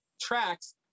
tracks